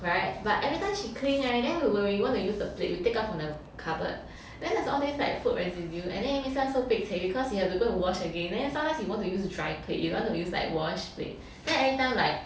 right but every time she clean [right] then when we when we want to use the plate we take out from the cupboard then there's all these like food residue and then makes us so pek-cek because you have to go and wash again then sometimes you want to use a dry plate you don't want to use like washed plate then every time like